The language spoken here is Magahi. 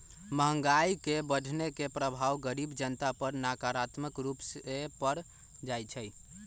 महंगाई के बढ़ने के प्रभाव गरीब जनता पर नकारात्मक रूप से पर जाइ छइ